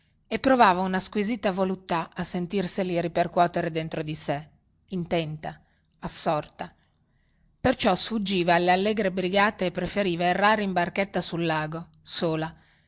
e provava una squisita voluttà a sentirseli ripercuotere dentro di sè intenta assorta perciò sfuggiva alle allegre brigate e preferiva errare in barchetta sul lago sola